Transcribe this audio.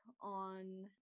on